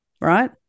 right